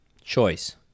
choice